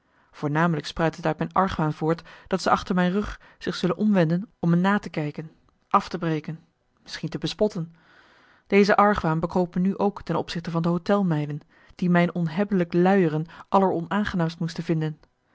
voornamelijk spruit het uit mijn argwaan voort dat ze achter mijn rug zich zullen omwenden om me na te kijken af te breken misschien te bespotten deze argwaan bekroop me nu ook ten opzichte van de hôtelmeiden die mijn onhebbelijk luieren alleronaangenaamst moesten vinden